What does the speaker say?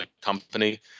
company